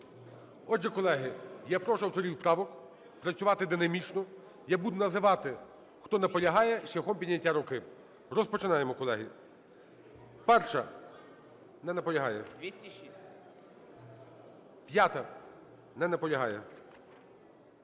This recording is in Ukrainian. Отже, колеги, я прошу авторів правок працювати динамічно. Я буду називати, хто наполягає, шляхом підняття руки. Розпочинаємо, колеги. 1-а. Не наполягає.